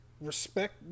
respect